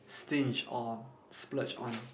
stinge on splurge on